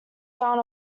down